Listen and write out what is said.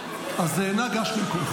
אני לא אמרתי כלום.